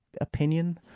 opinion